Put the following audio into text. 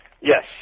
Yes